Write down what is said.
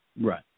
Right